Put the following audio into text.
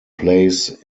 plays